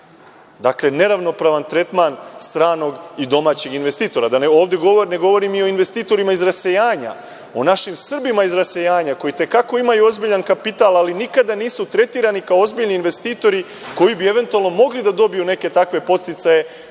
Dakle, neravnopravan tretman stranog i domaćeg investitora. Da ovde ne govorim i o investitorima iz rasejanja, o našim Srbima iz rasejanja koji i te kako imaju ozbiljan kapital, ali nikada nisu tretirani kao ozbiljni investitori koji bi eventualno mogli da dobiju neke takve podsticaje